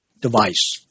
device